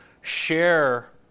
share